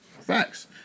Facts